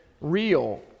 real